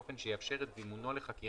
באופן שיאפשר את זימונו לחקירה